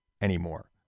anymore